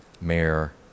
mayor